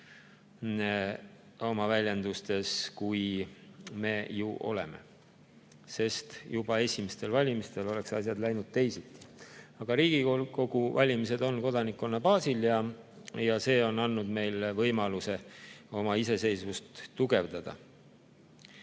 oma väljendustes, kui me oleme, sest juba esimestel valimistel oleksid asjad läinud teisiti. Aga Riigikogu valimised toimuvad kodanikkonna baasil ja see on andnud meile võimaluse oma iseseisvust tugevdada.